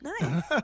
Nice